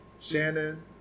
Shannon